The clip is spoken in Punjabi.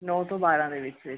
ਨੌ ਤੋਂ ਬਾਰਾਂ ਦੇ ਵਿੱਚ ਵਿੱਚ